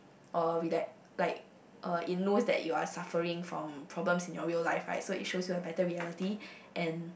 oh with that like uh its knows that you are suffering from problem in your real life right so it shows you a better reality and